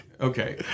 Okay